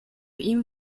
ihm